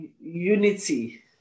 unity